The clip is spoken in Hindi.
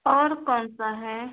और कौन सा है